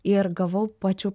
ir gavau pačių